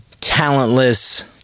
talentless